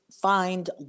find